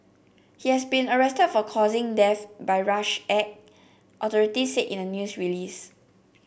he has been arrested for causing death by rash act authorities said in a news release